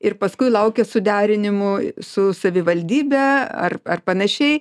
ir paskui laukia suderinimų su savivaldybe ar ar panašiai